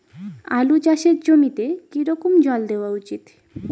আলু চাষের জমিতে কি রকম জল দেওয়া উচিৎ?